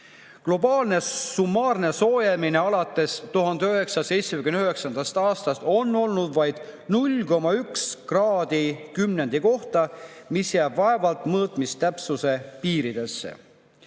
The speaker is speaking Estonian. Globaalne summaarne soojenemine alates 1979. aastast on olnud vaid 0,1 kraadi kümnendi kohta ja see jääb vaevalt mõõtmistäpsuse piiridesse.